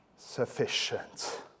Sufficient